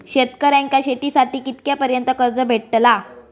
शेतकऱ्यांका शेतीसाठी कितक्या पर्यंत कर्ज भेटताला?